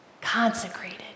consecrated